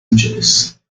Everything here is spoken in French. angeles